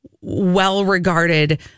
well-regarded